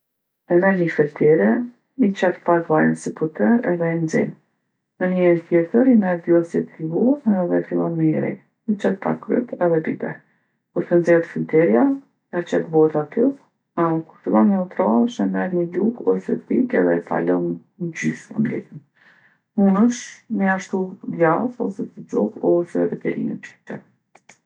E merr ni fëltere, i qet pak vaj ose puter edhe e nxenë. Ne ni enë tjetër i merr dy ose tri vo edhe fillon me i rreh. I qet pak kryp edhe biber. Kur te nxehet fëlterja, ja qet votë aty edhe kur fillon me u trashë e merr ni lugë ose thikë edhe e palon n'gjysë omletin. Munësh me ja shtu djath ose suxhuk ose edhe perime që ki qef.